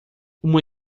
uma